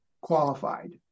qualified